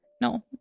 No